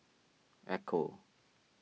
Ecco